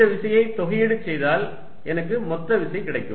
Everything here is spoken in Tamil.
இந்த விசையை தொகையீடு செய்தால் எனக்கு மொத்த விசை கிடைக்கும்